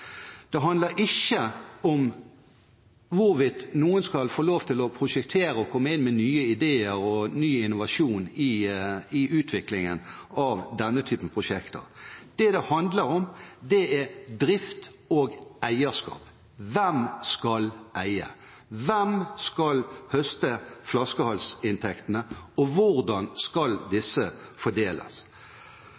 Det handler ikke om hvorvidt noen skal få lov til å prosjektere og komme inn med nye ideer og ny innovasjon i utviklingen av denne typen prosjekter. Det det handler om, er drift og eierskap. Hvem skal eie? Hvem skal høste flaskehalsinntektene? Og hvordan skal